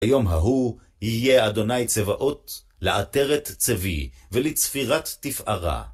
היום ההוא יהיה אדוני צבאות לעטרת צבי ולצפירת תפארה.